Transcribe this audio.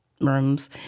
rooms